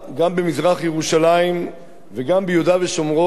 גם במזרח-ירושלים וגם ביהודה ושומרון,